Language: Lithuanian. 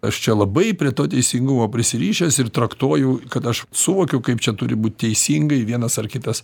aš čia labai prie to teisingumo prisirišęs ir traktuoju kad aš suvokiau kaip čia turi būt teisingai vienas ar kitas